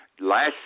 last